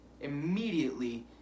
Immediately